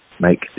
make